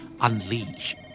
Unleash